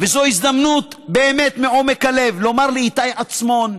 זו הזדמנות באמת, מעומק הלב, לומר לאיתי עצמון,